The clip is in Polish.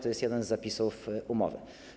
To jest jeden z zapisów umowy.